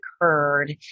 occurred